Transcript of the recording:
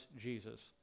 Jesus